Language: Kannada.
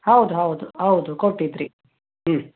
ಹೌದು ಹೌದು ಹೌದು ಕೊಟ್ಟಿದ್ರಿ ಹ್ಞೂ